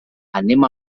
anem